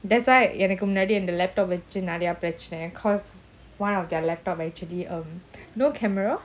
that's why எனக்குமுன்னாடி:enakku munnadi laptop வச்சிநெறயபிரச்னை:vachchi neraya prachana cause one of their laptop actually um no camera